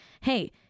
Hey